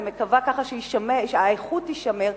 אני מקווה שככה האיכות תישמר,